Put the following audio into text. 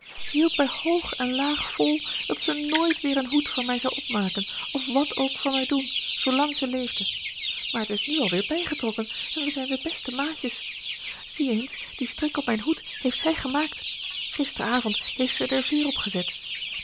ze hield bij hoog en laag vol dat ze nooit weer een hoed voor mij zou opmaken of wàt ook voor mij doen zoolang ze leefde maar t is nu al weer bijgetrokken en we zijn weer beste maatjes zie eens dien strik op mijn hoed heeft zij gemaakt gisteravond heeft ze er de veer op